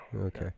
Okay